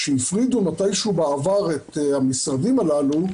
כשהפרידו מתישהו בעבר את המשרדים האלה,